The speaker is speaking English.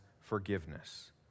forgiveness